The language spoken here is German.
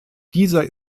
dieser